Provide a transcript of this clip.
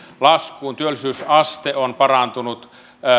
laskuun työllisyysaste on parantunut